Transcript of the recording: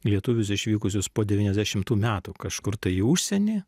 lietuvius išvykusius po devyniasdešimtų metų kažkur į užsienį